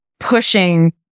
Pushing